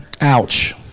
Ouch